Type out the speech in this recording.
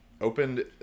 Opened